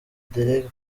dereck